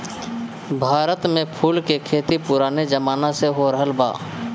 भारत में फूल के खेती पुराने जमाना से होरहल बा